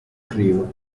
crew